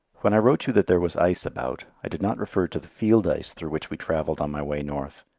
when i wrote you that there was ice about, i did not refer to the field ice through which we travelled on my way north.